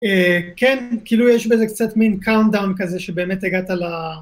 אה... כן, כאילו יש בזה קצת מין countdown כזה שבאמת הגעת ל...